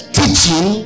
teaching